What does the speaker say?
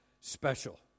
special